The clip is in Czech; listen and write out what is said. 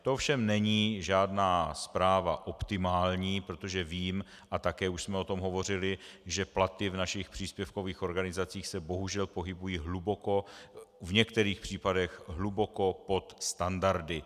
To ovšem není žádná zpráva optimální, protože vím, a také už jsme o tom hovořili, že platy v našich příspěvkových organizacích se bohužel pohybují hluboko, v některých případech, pod standardy.